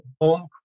home